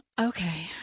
Okay